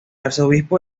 arzobispo